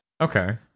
Okay